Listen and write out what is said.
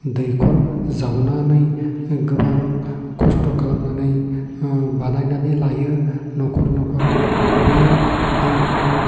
दैखर जावनानै गोबां खस्त' खालामनानै बानायनानै लायो न'खर न'खर बे दैखौ